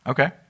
Okay